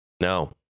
No